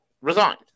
resigned